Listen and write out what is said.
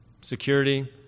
security